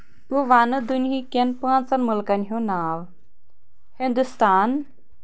بہٕ وَنہٕ دُنۍہیٖکٮ۪ن پانٛژن مُلکَن ہُنٛد ناو ہِنٛدستان